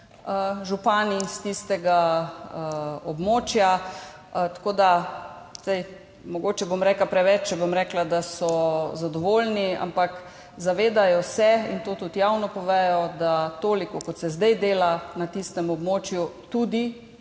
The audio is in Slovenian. župani s tistega območja. Mogoče bom rekla preveč, če bom rekla, da so zadovoljni, ampak zavedajo se, in to tudi javno povedo, da toliko, kot se zdaj dela na tistem območju, tudi